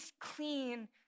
clean